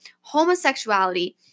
homosexuality